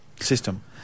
system